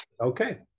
okay